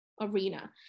arena